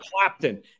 Clapton